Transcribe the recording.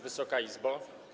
Wysoka Izbo!